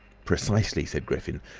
precisely, said griffin.